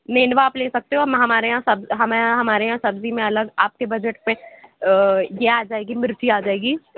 نینوا آپ لے سکتے ہو ہمارے یہاں سب ہمارے یہاں ہمارے یہاں سبزی میں الگ آپ کے بجٹ سے یہ آ جائے گی مرچی آ جائے گی